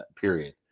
period